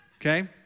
Okay